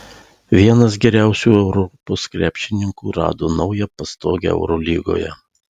vienas geriausių europos krepšininkų rado naują pastogę eurolygoje